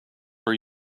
were